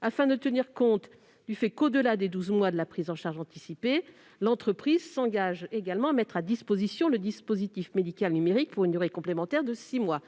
afin de tenir compte du fait qu'au-delà des douze mois de la prise en charge anticipée l'entreprise s'engage à mettre à disposition le dispositif médical numérique pour une durée complémentaire de six mois.